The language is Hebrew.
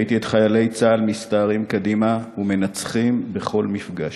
ראיתי את חיילי צה"ל מסתערים קדימה ומנצחים בכל מפגש.